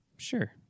Sure